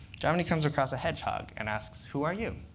jomny comes across a hedgehog and asks, who are you?